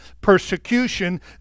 persecution